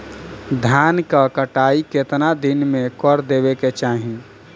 धान क कटाई केतना दिन में कर देवें कि चाही?